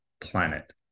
planet